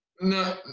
No